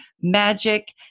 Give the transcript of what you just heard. magic